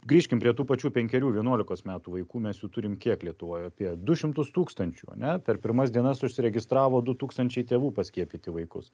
grįžkim prie tų pačių penkerių vienuolikos metų vaikų mes jų turim kiek lietuvoj apie du šimtus tūkstančių ane per pirmas dienas užsiregistravo du tūkstančiai tėvų paskiepyti vaikus